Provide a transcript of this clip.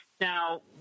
Now